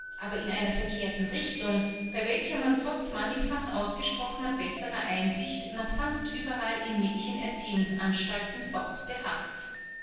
aber in einer verkehrten richtung bei welcher man trotz mannigfach ausgesprochner besserer einsicht noch fast überall in mädchenerziehungsanstalten fort beharrt